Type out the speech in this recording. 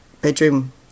bedroom